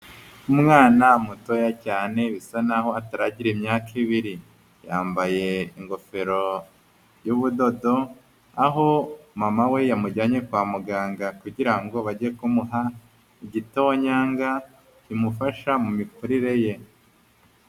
Umwana mutoya cyane bisa n'aho ataragira imyaka ibiri yambaye ingofero y'ubudodo aho mama we yamujyanye kwa muganga kugira ngo bajye kumuha igitonyanga kimufasha mumikurire ye.